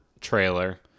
trailer